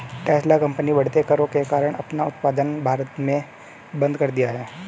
Tesla company बढ़ते करों के कारण अपना उत्पादन भारत में बंद कर दिया हैं